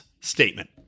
statement